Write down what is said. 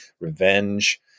revenge